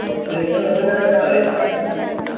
concession हो जाएगा sir इसका टेंसन मत लीजिये